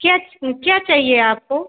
क्या क्या चाहिए आपको